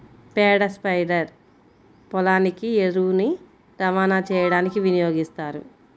పేడ స్ప్రెడర్ పొలానికి ఎరువుని రవాణా చేయడానికి వినియోగిస్తారు